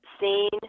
seen